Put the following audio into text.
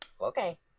okay